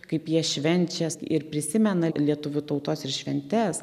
kaip jie švenčia ir prisimena lietuvių tautos ir šventes